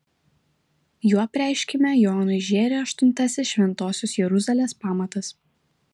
juo apreiškime jonui žėri aštuntasis šventosios jeruzalės pamatas